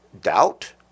doubt